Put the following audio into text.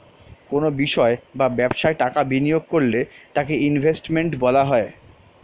কোনো বিষয় বা ব্যবসায় টাকা বিনিয়োগ করলে তাকে ইনভেস্টমেন্ট বলা হয়